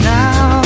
now